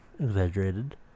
exaggerated